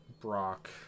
Brock